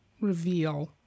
reveal